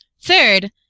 third